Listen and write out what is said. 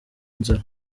inzara